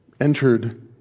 entered